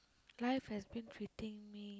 life has been treating me